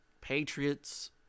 Patriots